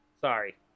Sorry